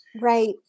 Right